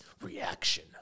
reaction